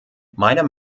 meiner